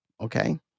Okay